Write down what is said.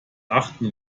achten